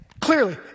clearly